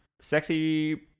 Sexy